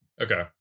okay